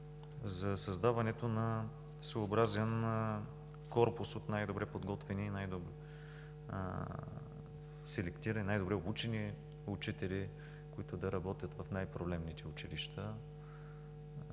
за създаването на съобразен корпус от най-добре подготвени, най-добре селектирани и най-добре обучени учители, които да работят в най-проблемните училища.